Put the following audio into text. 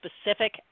specific